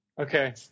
Okay